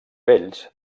vells